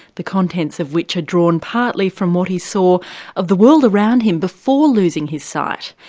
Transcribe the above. the contents of which are drawn partly from what he saw of the world around him before losing his sight.